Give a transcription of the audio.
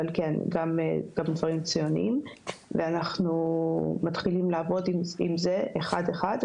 אבל כן גם דברים ציוניים ואנחנו מתחילים לעבוד עם זה אחד-אחד,